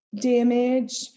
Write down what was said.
damage